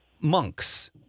Monks